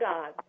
God